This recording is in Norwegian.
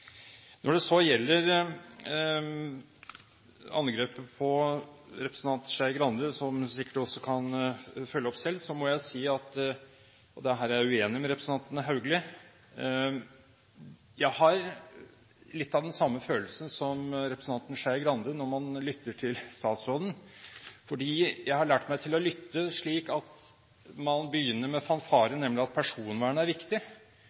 Når det så gjelder angrepet på representanten Skei Grande, som hun sikkert kan følge opp selv, må jeg si – og det er her jeg er uenig med representanten Haugli – at jeg har litt av den samme følelsen som representanten Skei Grande når man lytter til statsråden. Jeg har lært meg å lytte slik: Man begynner med fanfaren, nemlig at personvern er viktig.